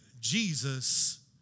Jesus